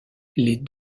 les